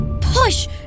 Push